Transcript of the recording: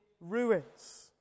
ruins